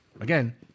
again